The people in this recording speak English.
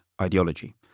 ideology